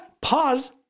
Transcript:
pause